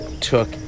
took